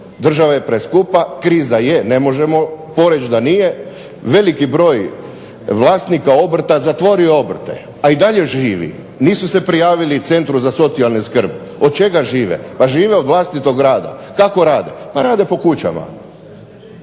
Država je preskupa, kriza je, ne možemo poreći da nije. Veliki broj vlasnika obrta zatvorio obrte a i dalje živi. Nisu se prijavili Centru za socijalnu skrb. Od čega žive? Pa žive od vlastitog rada. Kako rade, pa rade po kućama.